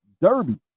Derby